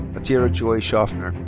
atira joy shoffner.